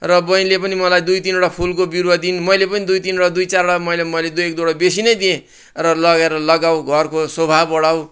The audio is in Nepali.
र बहिनीले पनि मलाई दुई तिनवटा फुलको बिरुवा दिइन् मैले पनि दुई तिनवटा दुई चारवटा मैले एक दुईवटा बेसी नै दिएँ र लगेर लगाउ घरको शोभा बढाउ